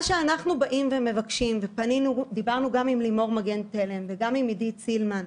אנחנו דיברנו גם עם לימור מגן תלם וגם עם עידית סילמן,